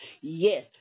Yes